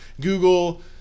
Google